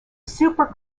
super